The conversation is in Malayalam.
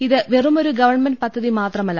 ഇത് വെറുമൊരു ഗവൺമെന്റ് പദ്ധതി മാത്രമല്ല